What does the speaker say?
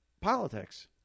politics